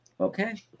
Okay